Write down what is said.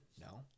No